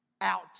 out